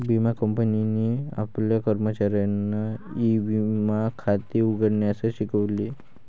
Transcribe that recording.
विमा कंपनीने आपल्या कर्मचाऱ्यांना ई विमा खाते उघडण्यास शिकवले